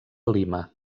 lima